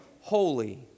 holy